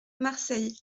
marseille